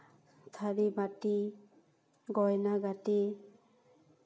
ᱛᱷᱟᱹᱨᱤᱼᱵᱟᱴᱤ ᱜᱚᱭᱱᱟᱼᱜᱟᱴᱤ